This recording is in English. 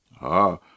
Ah